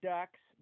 Ducks